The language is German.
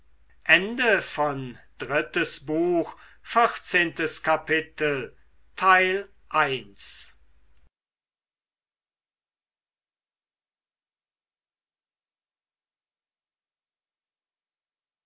drittes buch erstes kapitel